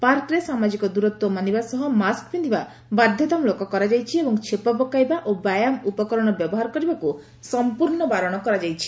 ପାର୍କରେ ସାମାଜିକ ଦିରତି ମାନିବା ସହ ମାସ୍କ ପିନିବା ବାଧ୍ୟତାମିଳକ କରାଯାଇଛି ଏବଂ ଛେପ ପକାଇବା ଓ ବ୍ୟାୟାମ ଉପକରଣ ବ୍ୟବହାର କରିବାକୁ ସମ୍ମର୍ଶ୍ୱ ବାରଣ କରାଯାଇଛି